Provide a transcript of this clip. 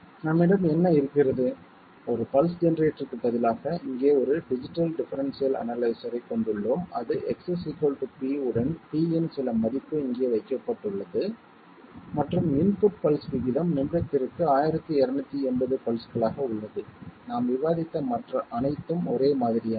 நம்மிடம் என்ன இருக்கிறது ஒரு பல்ஸ் ஜெனரேட்டருக்குப் பதிலாக இங்கே ஒரு டிஜிட்டல் டிஃபெரென்ஷியல் அனலைசரைக் கொண்டுள்ளோம் அது X P உடன் P இன் சில மதிப்பு இங்கே வைக்கப்பட்டுள்ளது மற்றும் இன்புட் பல்ஸ் விகிதம் நிமிடத்திற்கு 1280 பல்ஸ்களாக உள்ளது நாம் விவாதித்த மற்ற அனைத்தும் ஒரே மாதிரியானவை